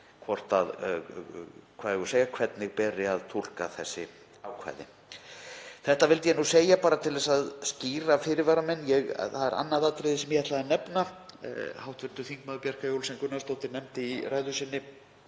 kveða upp úr um það hvernig beri að túlka þessi ákvæði. Þetta vildi ég nú segja, bara til að skýra fyrirvara minn. Það er annað atriði sem ég ætlaði að nefna. Hv. þm. Bjarkey Olsen Gunnarsdóttir nefndi í ræðu sinni